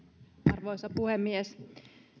arvoisa puhemies